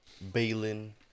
Balin